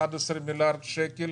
11 מיליארד שקל,